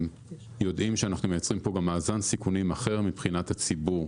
יודעים שאנחנו מייצרים פה גם מאזן סיכונים אחר מבחינת הציבור.